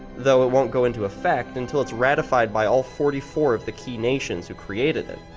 though it won't go into effect until it's ratified by all forty four of the key nations who created it.